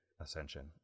ascension